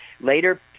Later